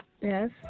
Yes